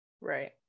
right